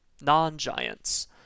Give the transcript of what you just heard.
non-giants